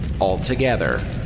altogether